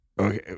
Okay